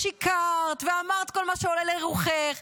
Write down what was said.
ושיקרת ואמרת כל מה שעולה על רוחך,